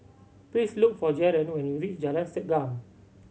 please look for Jaron when you reach Jalan Segam